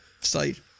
site